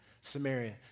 Samaria